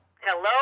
Hello